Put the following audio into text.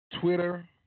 Twitter